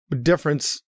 difference